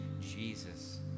Jesus